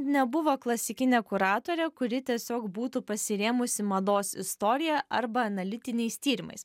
nebuvo klasikinė kuratorė kuri tiesiog būtų pasirėmusi mados istorija arba analitiniais tyrimais